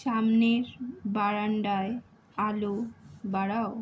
সামনের বারান্দায় আলো বাড়াও